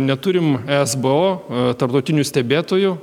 neturim esbo tarptautinių stebėtojų